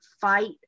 fight